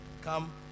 Come